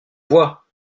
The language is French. voie